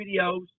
videos